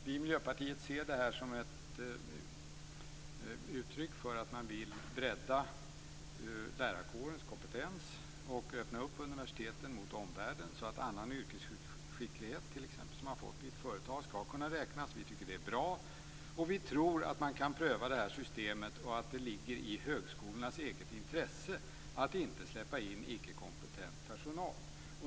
Vi i Miljöpartiet ser det här som ett uttryck för en vilja att bredda lärarkårens kompetens och öppna universiteten mot omvärlden så att annan yrkesskicklighet som man t.ex. fått i ett företag skall kunna räknas. Vi tycker att det är bra. Vi tror att det här systemet kan prövas och att det ligger i högskolornas eget intresse att inte släppa in icke-kompetent personal.